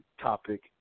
topic